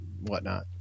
whatnot